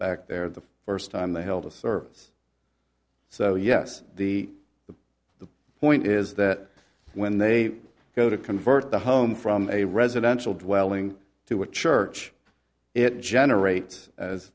back there the first time they held a service so yes the the point is that when they go to convert the home from a residential dwelling to a church it generates as